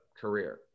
career